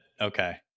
Okay